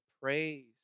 praise